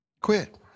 Quit